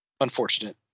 unfortunate